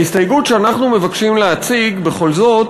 ההסתייגות שאנחנו מבקשים להציג בכל זאת